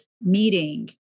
meeting